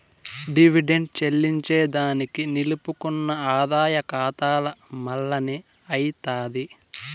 dividend చెల్లింజేదానికి నిలుపుకున్న ఆదాయ కాతాల మల్లనే అయ్యితాది